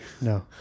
No